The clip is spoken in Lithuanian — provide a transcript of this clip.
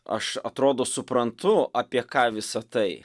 aš atrodo suprantu apie ką visa tai